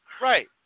right